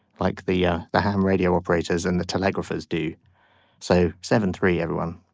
like the yeah the ham radio operators and the telegraphy as do so seven three everyone